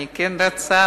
ואני כן רוצה,